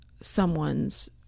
someone's